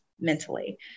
mentally